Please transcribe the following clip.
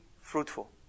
fruitful